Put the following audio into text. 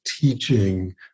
teaching